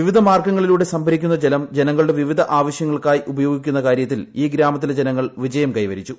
വിവിധ മാർഗ്ഗങ്ങളിലൂടെ സംഭരിക്കുന്ന ജലം ജനങ്ങളുടെ വിവിധ ആവശ്യങ്ങൾക്കായി ഉപയോഗ്ലിക്കുന്ന കാര്യത്തിൽ ഈ ഗ്രാമത്തിലെ ജനങ്ങൾ വിജയം ഒക്ട്പ്പിച്ചു